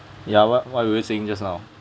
ya what what were you saying just now